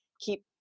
keep